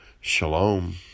Shalom